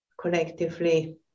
collectively